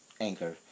Anchor